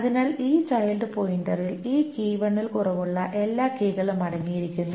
അതിനാൽ ഈ ചൈൽഡ് പോയിന്ററിൽ ഈ ൽ കുറവുള്ള എല്ലാ കീകളും അടങ്ങിയിരിക്കുന്നു